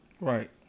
Right